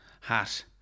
hat